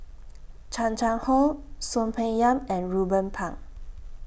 Chan Chang How Soon Peng Yam and Ruben Pang